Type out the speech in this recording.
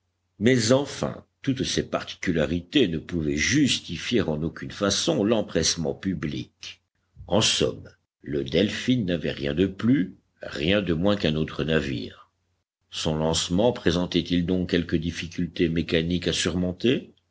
mais enfin toutes ces particularités ne pouvaient justifier en aucune façon l'empressement public en somme le delphin n'avait rien de plus rien de moins qu'un autre navire son lancement présentait-il donc quelque difficulté mécanique à surmonter